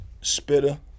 Spitter